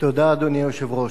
אדוני היושב-ראש,